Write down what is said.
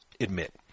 admit